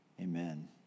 Amen